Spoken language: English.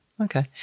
Okay